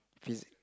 physics